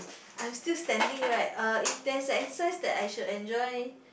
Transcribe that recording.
I'm still standing right uh if there's a exercise that I should enjoy